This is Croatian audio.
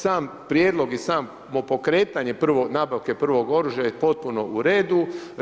Sam prijedlog i samo pokretanje, prvo nabavke prvog oružja je potpuno u redu.